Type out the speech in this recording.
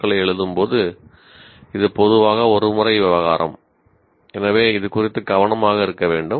க்களை எழுதும்போது இது பொதுவாக ஒரு முறை விவகாரம் எனவே இது குறித்து கவனமாக இருக்க வேண்டும்